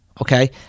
Okay